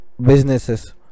businesses